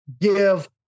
give